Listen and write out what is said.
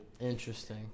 interesting